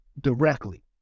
directly